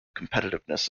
competitiveness